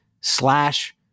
slash